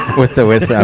with the, with the,